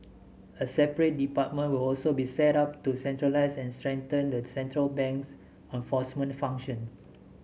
a separate department will also be set up to centralise and strengthen the central bank's enforcement functions